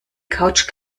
couch